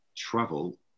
travel